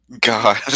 God